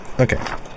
Okay